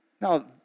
Now